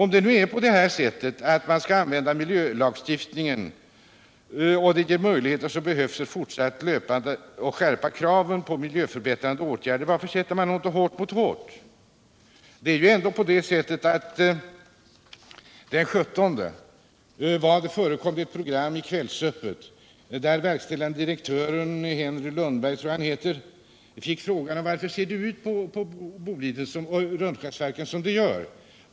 Men om man skall använda miljölagstiftningen och om den ger de möjligheter som behövs för att fortlöpande skärpa kraven på miljöförbättrande åtgärder, varför sätter man då inte hårt mot hårt? I Kvällsöppet den 17 mars fick verkställande direktören i Boliden Metall AB, Henry Lundberg, frågan: Varför ser det ut på Rönnskärsverken som det gör?